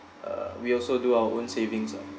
uh we also do our own savings lah